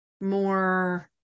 more